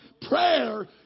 prayer